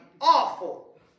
awful